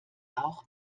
auch